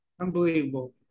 Unbelievable